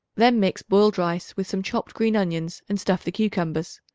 then mix boiled rice with some chopped green onions and stuff the cucumbers.